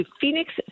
Phoenix